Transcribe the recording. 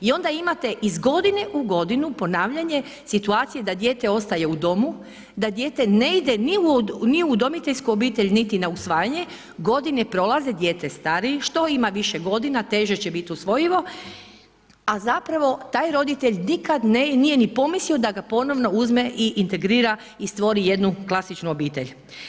I onda imate iz godine u godinu ponavljanje situacije da dijete ostaje u domu, da dijete ne ide ni u udomiteljsku obitelj niti na usvajanje, godine prolaze, dijete stari, što ima više godina, teže će biti usvojivo, a zapravo taj roditelj nikad nije ni pomislio da ga ponovno uzme i integrira i stvori jednu klasičnu obitelj.